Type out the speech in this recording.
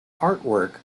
artwork